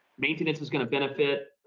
maintenance is going to benefit.